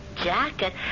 jacket